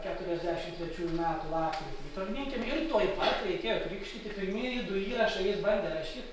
keturiasdešim trečiųjų metų lapkritį į tolminkiemį ir tuoj pat reikėjo krikštyti pirmieji du įrašai jis bandė rašyt